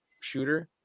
shooter